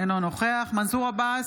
אינו נוכח מנסור עבאס,